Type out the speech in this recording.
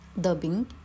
Dubbing